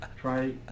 Try